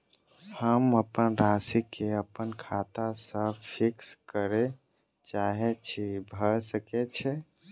हम अप्पन राशि केँ अप्पन खाता सँ फिक्स करऽ चाहै छी भऽ सकै छै?